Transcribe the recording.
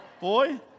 Boy